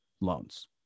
loans